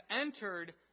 entered